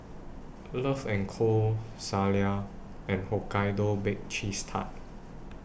Love and Co Zalia and Hokkaido Baked Cheese Tart